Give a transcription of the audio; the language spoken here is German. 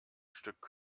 stück